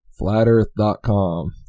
flatearth.com